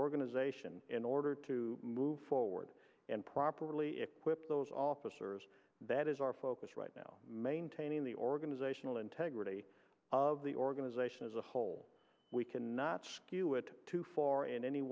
organization in order to move forward and properly equip those officers that is our focus right now maintaining the organizational integrity of the organization as a whole we cannot skew it too far in any